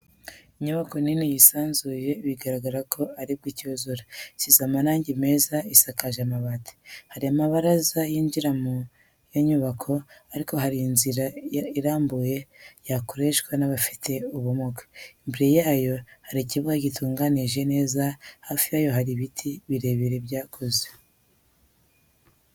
Inyubako nini yisanzuye bigaragara ko ari bwo icyuzura, isize amarangi meza isakaje amabati, hari amabaraza yinjira muri iyo nyubako ariko hari n'inzira irambuye yakoreshwa n'abafite ubumuga, imbere yayo hari ikibuga gitunganyije neza hafi yayo hari ibiti birebire byakuze.